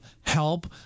help